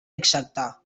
exacta